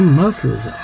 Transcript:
muscles